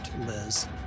Liz